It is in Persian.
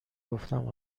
گفتم